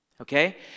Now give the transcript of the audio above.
Okay